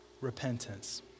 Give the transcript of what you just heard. repentance